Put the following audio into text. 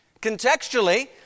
Contextually